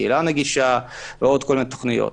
קהילה נגישה ועוד תוכניות.